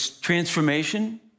transformation